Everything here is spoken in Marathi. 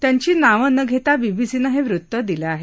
त्यांची नावं न घेता बीबीसीनं हे वृत्त दिलं आहे